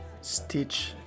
stitch